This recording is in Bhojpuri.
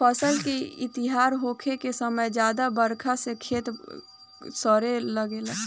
फसल के तइयार होखे के समय ज्यादा बरखा से खेत सड़े लागेला